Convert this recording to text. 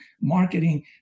marketing